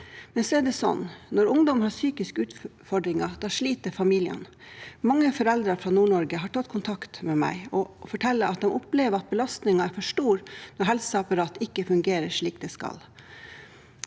Så er det sånn at når ungdom har psykiske utfordringer, sliter familien. Mange foreldre fra Nord-Norge har tatt kontakt med meg og forteller at de opplever at belastningen er for stor når helseapparatet ikke fungerer slik det skal.